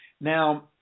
now